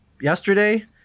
yesterday